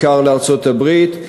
בעיקר לארצות-הברית,